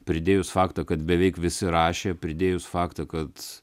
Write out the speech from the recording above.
pridėjus faktą kad beveik visi rašė pridėjus faktą kad